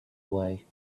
away